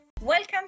Welcome